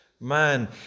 man